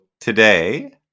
today